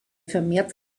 vermehrt